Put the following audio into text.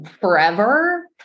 forever